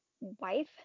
wife